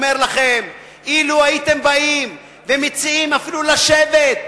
לכן אני אומר לכם: אילו הייתם באים ומציעים אפילו לשבת,